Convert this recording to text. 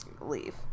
leave